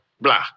blah